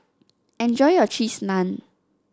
enjoy your Cheese Naan